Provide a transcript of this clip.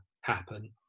happen